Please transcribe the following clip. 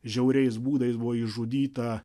žiauriais būdais buvo išžudyta